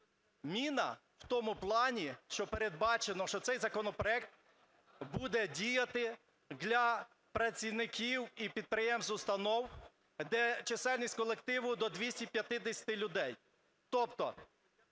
міна в тому плані, що передбачено, що цей законопроект буде діяти для працівників і підприємств (установ), де чисельність колективу до 250 людей. Тобто